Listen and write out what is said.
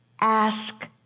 ask